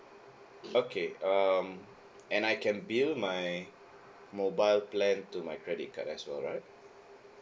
okay um and I can bill my mobile plan to my credit card as well right